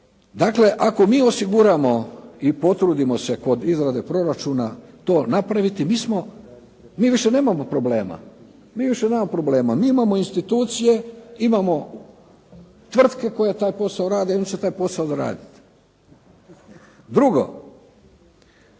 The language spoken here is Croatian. Dakle, ako mi osiguramo i potrudimo se kod izrade proračuna to napraviti, mi više nemamo problema. Mi imamo institucije, imamo tvrtke koje taj posao rade i one će taj posao doraditi. Drugo,